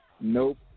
Nope